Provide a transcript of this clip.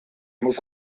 muss